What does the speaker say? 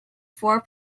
four